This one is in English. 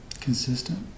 consistent